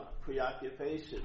preoccupation